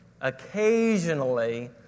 occasionally